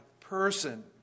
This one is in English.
person